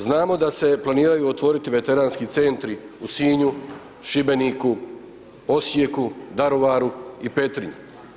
Znamo da se planiraju otvoriti Veteranski centri u Sinju, Šibeniku, Osijeku, Daruvaru i Petrinji.